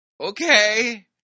Okay